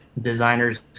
designers